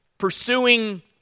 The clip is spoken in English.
Pursuing